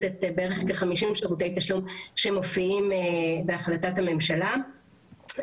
בערך כ-50 שירתים תשלום שמופיעים בהחלטת הממשלה.